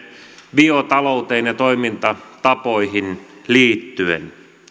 biotalouteen ja toimintatapoihin liittyen